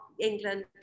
England